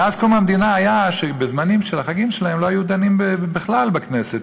מאז קום המדינה בזמנים של החגים שלהם לא היו דנים בכלל בכנסת,